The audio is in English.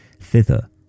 Thither